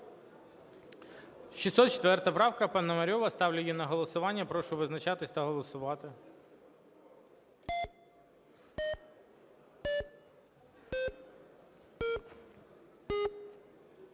604 правка пана Пономарьова. Ставлю її на голосування. Прошу визначатись та голосувати.